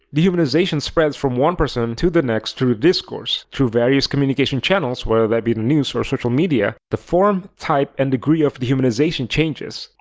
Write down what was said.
dehumanization spreads from one person to the next through the discourse. through various communication channels, whether that be the news or social media, the form, type and degree of dehumanization changes.